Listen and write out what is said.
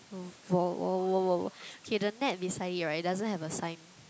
oh !wow! !wow! !wow! !wow! !wow! okay the net beside you right it doesn't have a sign